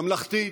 ממלכתית,